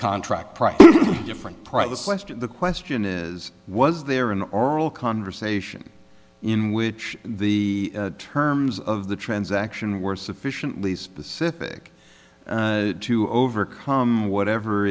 question the question is was there an oral conversation in which the terms of the transaction were sufficiently specific to overcome whatever